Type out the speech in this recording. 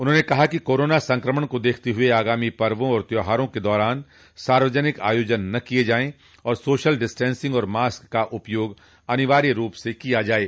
उन्होंने कहा कि कोरोना संक्रमण को देखते हुए आगामी पर्वो और त्यौहारों के दौरान सार्वजनिक आयोजन न किये जाय और सोशल डिस्टेंसिंग और मास्क का उपयोग अनिवार्य रूप से किया जाये